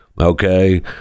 Okay